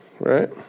Right